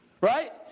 Right